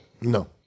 No